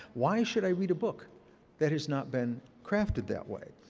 why should i read a book that has not been crafted that way?